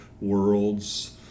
worlds